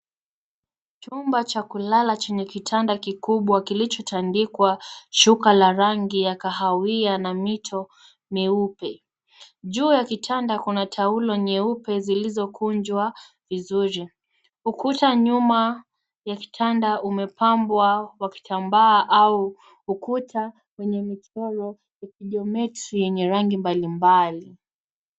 Chumba cha kulala chenye kitanda kikubwa kilichotandikwa shuka la rangi ya kahawia na mito myeupe. Juu ya kitanda kuna taulo nyeupe zilizokunjwa vizuri. Ukuta nyuma ya kitanda umepambwa kwa kitambaa au ukuta wenye michoro ya kijometri yenye rangi mbalimbali.